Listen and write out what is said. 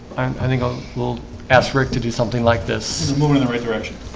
i think um we'll ask rick to do something like this moving in the right direction